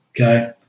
Okay